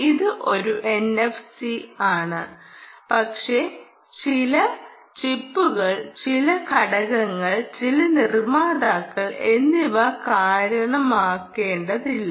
ഇത് ഒരു എസ്പിഐ ആണ് പക്ഷേ ചില ചിപ്പുകൾ ചില ഘടകങ്ങൾ ചില നിർമ്മാതാക്കൾ എന്നിവ കാര്യമാക്കേണ്ടതില്ല